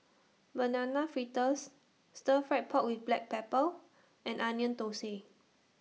Banana Fritters Stir Fried Pork with Black Pepper and Onion Thosai